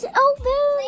over